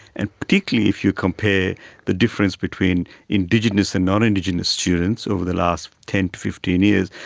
and particularly if you compare the difference between indigenous and non-indigenous students over the last ten to fifteen years,